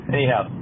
Anyhow